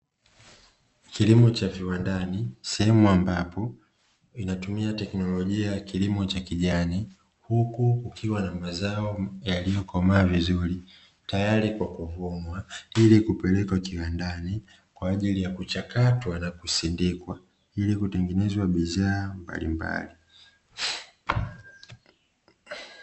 kilimo cha viwandani sehemu ambapo inatumia teknolojia kilimo cha kijani, huku kukiwa na mazao yaliyokomaa vizuri tayari kwa kuvunwa ili kupelekwa kiwandani kwaajili ya kuchakatwa na kusindikwa ili kutengeneza bidhaa mbalimbali.